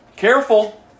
Careful